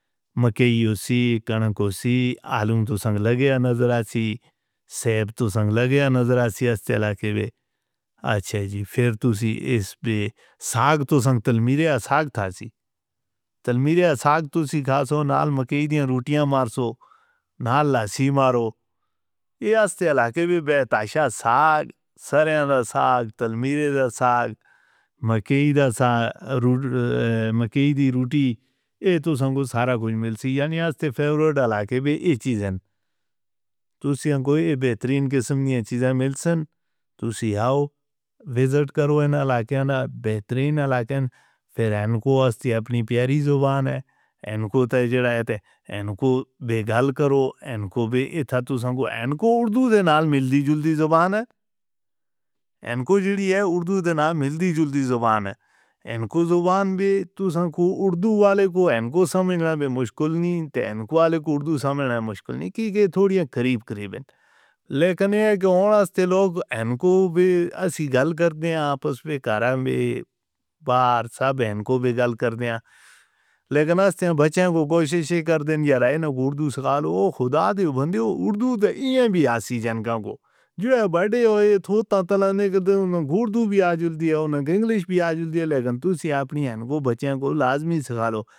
مکئیوں سی کانا کوسی آلو تو سنگ لگیا نظر آسی۔ سیب تو سنگ لگیا نظر آسی۔ اس علاقے وے اچھا جی پھر توسی اس پے ساگ تو سنگ تلمیرے آ ساگ تھا سی۔ تلمیرے آ ساگ توسی کھاسو نال مکئی دیاں روٹیاں مارسو نال لاسی مارو۔ یہ اس علاقے وے بی تائیدہ ساگ سرہاندا ساگ، تلمیرے دا ساگ، مکئی دا ساگ، مکئی دی روٹی۔ یہ تو سنگ کو سارا کچھ مل سی یعنی اس تے فیورٹ علاقے وے اے چیزیں توسی ان کو بہترین قسم دیاں چیزیں مل سن۔ توسی آؤ ویزٹ کرو اینا علاقےاں بہترین علاقےاں۔ پھر این کو اس دی اپنی پیاری زبان ہے۔ این کو تاہجہ رہتے این کو بے گل کرو۔ این کو بے اتھا تو سنگ کو این کو اردو دے نال مل دی جل دی زبان ہے۔ این کو جوڑی ہے اردو دے نال مل دی جل دی زبان ہے۔ این کو زبان بھی تو سنگ کو اردو والے کو این کو سمجھنا بے مشکل نہیں تے این کو والے کو اردو سمجھنا بے مشکل نہیں کیونکہ تھوڑیاں قریب قریب ہیں۔ لیکن ہے کہ ہونا استے لوگ این کو بھی اسی گل کرتے ہیں آپس پہ کاراں بے بار سب این کو بے گل کرتے ہیں۔ لیکن استے بچے ہیں کو کوشش کر دینا یار این اردو سکھا لو۔ اوہ خدا دے بندے وہ اردو تا این بھی آ سی جن کو جوہے بیٹھے ہوئے اتھو تا تلا نے کدے انہوں نے اردو بھی آ جودی ہے۔ انہوں نے گنجش بھی آ جودی ہے لیکن توسی اپنی این کو بچیاں کو لازمی سکھا لو.